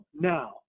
Now